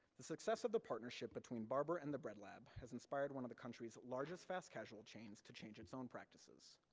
the success of the partnership between barber and the bread lab, has inspired one of the country's largest fast-casual chains, to change its own practices.